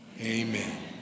Amen